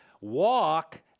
Walk